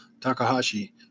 Takahashi